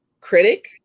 critic